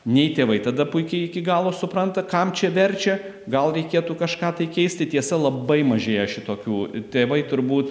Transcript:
nei tėvai tada puikiai iki galo supranta kam čia verčia gal reikėtų kažką tai keisti tiesa labai mažėja šitokių tėvai turbūt